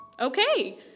Okay